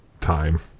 time